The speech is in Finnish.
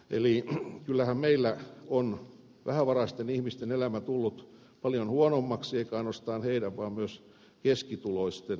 eli kyllähän meillä on vähävaraisten ihmisten elämä tullut paljon huonommaksi eikä ainoastaan heidän vaan myös keskituloisten